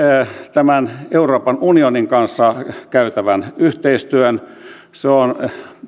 tämän euroopan unionin kanssa käytävän yhteistyön se on